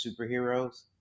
superheroes